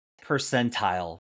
percentile